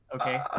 Okay